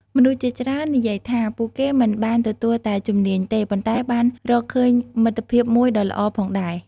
មនុស្សជាច្រើននិយាយថា ពួកគេមិនបានទទួលតែជំនាញទេ ប៉ុន្តែបានរកឃើញមិត្តភាពមួយដ៏ល្អផងដែរ។